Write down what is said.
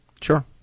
Sure